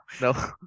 no